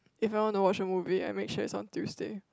if I want to watch a movie I make sure it's on Tuesday